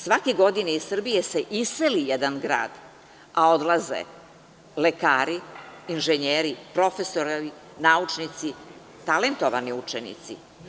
Svake godine iz Srbije se iseli jedan grad, a odlaze lekari, inženjeri, profesori, naučnici, talentovani učenici.